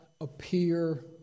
appear